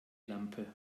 lampe